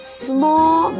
small